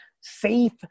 safe